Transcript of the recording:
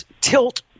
tilt